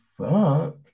fuck